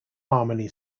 harmony